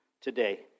today